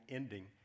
ending